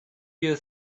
you